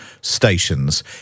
stations